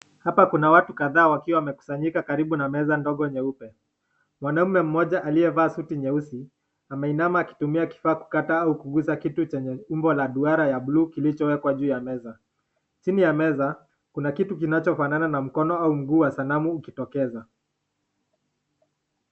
Hapa kuna watu kadhaa wakiwa wamekusanyika karibu na meza ndogo nyeupe. Mwanaume mmoja aliyevaa suti nyeusi ameinama akitumia kifaa kukata au kugusa kitu chenye umbo la duara ya bluu kilichowekwa juu ya meza. Chini ya meza kuna kitu kinachofanana na mkono au mguu wa sanamu ukitokeza.